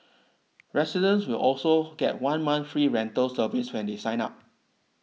residents will also get one month free rental service when they sign up